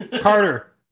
Carter